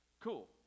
Cool